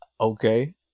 Okay